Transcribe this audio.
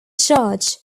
judge